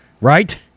right